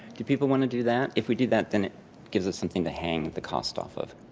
do people want to do that? if we do that, then it gives us something to hang the cost off of.